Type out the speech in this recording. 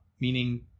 meaning